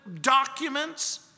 documents